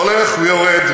הולך ויורד.